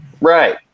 Right